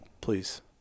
please